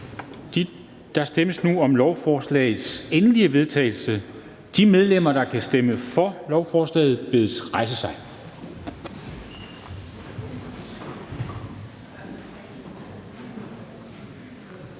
Der stemmes nu om lovforslagets endelige vedtagelse. De medlemmer, der stemmer for, bedes rejse sig.